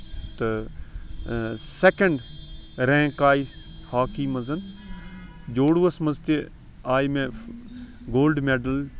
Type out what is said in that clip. تہٕ second rank آیہِ hockey منٛز جوٗڈوَس منٛز تہِ آیہِ مےٚ گولڈٕ میڈَل